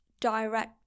direct